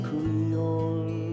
Creole